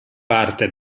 parte